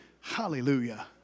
Hallelujah